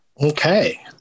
Okay